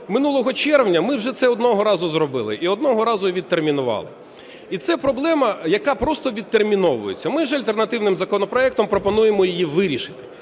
минулого червня ми вже це одного разу зробили і одного разу відтермінували. І це проблема, яка просто відтерміновується. Ми ж альтернативним законопроектом пропонуємо її вирішити.